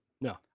No